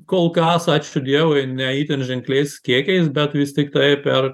kol kas ačiū dievui ne itin ženkliais kiekiais bet vis tiktai per